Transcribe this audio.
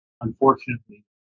unfortunately